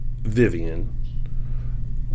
Vivian